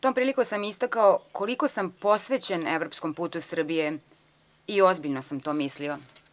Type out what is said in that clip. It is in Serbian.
Tom prilikom sam istakao koliko sam posvećen evropskom putu Srbije i ozbiljno sam to mislio.